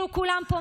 בשביל מה?